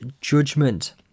judgment